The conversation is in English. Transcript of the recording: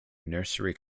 nursery